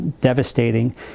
devastating